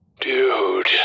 Dude